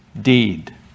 deed